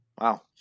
Wow